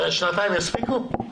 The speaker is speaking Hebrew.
שנתיים יספיקו?